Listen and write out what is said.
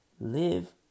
live